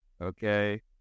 okay